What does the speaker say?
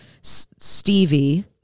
Stevie